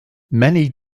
many